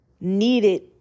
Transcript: needed